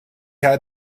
had